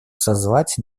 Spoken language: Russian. созвать